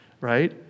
right